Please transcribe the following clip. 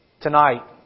Tonight